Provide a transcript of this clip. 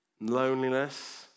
loneliness